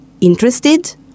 interested